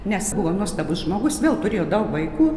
nes buvo nuostabus žmogus vėl turėjo daug vaikų